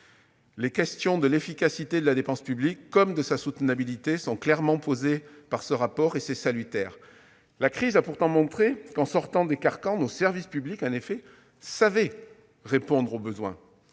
Les questions de l'efficacité de la dépense publique, comme de sa soutenabilité, sont clairement posées par ce rapport. C'est salutaire. La crise a pourtant montré qu'en sortant des carcans nos services publics savaient répondre aux besoins.